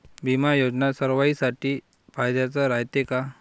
बिमा योजना सर्वाईसाठी फायद्याचं रायते का?